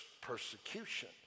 persecution